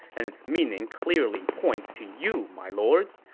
and its meaning clearly points to you, my lord.